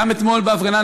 נכחתי גם אתמול בהפגנה,